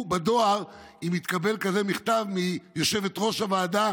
בדואר אם התקבל כזה מכתב מיושבת-ראש הוועדה,